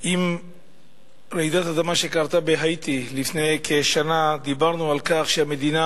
אם ברעידת אדמה שקרתה בהאיטי לפני כשנה דיברנו על כך שהמדינה